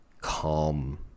calm